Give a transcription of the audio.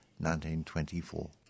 1924